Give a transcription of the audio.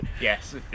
yes